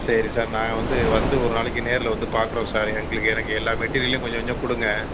சரி சார் நாங்கள் வந்து வந்து ஒரு நாளைக்கு நேரில் வந்து பாக்கிறோம் சார் எங்களுக்கு எனக்கு எல்லா மெட்டீரியல்லையும் கொஞ்சம் கொஞ்சம் கொடுங்க